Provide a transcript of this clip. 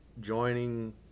joining